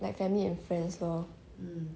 like family and friends lor